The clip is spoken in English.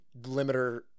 limiter